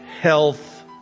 Health